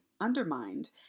undermined